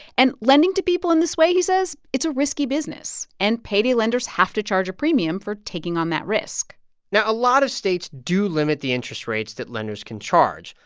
and lending to people in this way he says it's a risky business. and payday lenders have to charge a premium for taking on that risk now, now, a lot of states do limit the interest rates that lenders can charge.